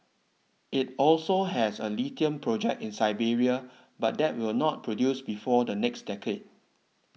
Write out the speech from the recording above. it also has a lithium project in Serbia but that will not produce before the next decade